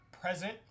present